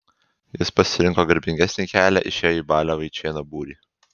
jis pasirinko garbingesnį kelią išėjo į balio vaičėno būrį